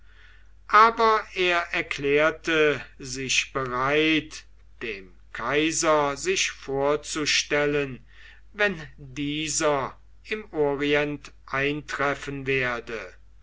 aber er erklärte sich bereit dem kaiser sich vorzustellen wenn dieser im orient eintreffen werde